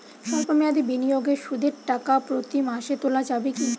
সল্প মেয়াদি বিনিয়োগে সুদের টাকা প্রতি মাসে তোলা যাবে কি?